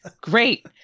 Great